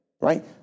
right